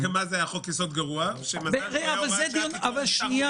גם אז זה היה חוק-יסוד גרוע, שמזל שהיה הוראת שעה.